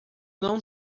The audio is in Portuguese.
não